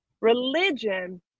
Religion